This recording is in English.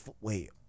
Wait